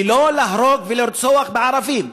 ולא להרוג ולרצוח בערבים.